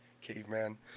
caveman